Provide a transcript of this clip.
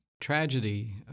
tragedy